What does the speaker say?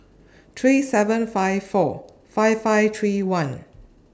three seven five four five five three one